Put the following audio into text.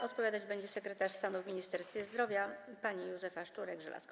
Odpowiadać będzie sekretarz stanu w Ministerstwie Zdrowia pani Józefa Szczurek-Żelazko.